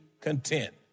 content